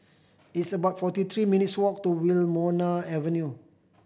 it's about forty three minutes' walk to Wilmonar Avenue